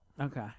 Okay